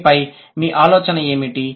దీనిపై మీ ఆలోచన ఏమిటి